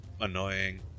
annoying